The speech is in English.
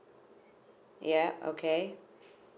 yeah okay